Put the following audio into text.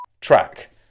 track